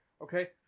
Okay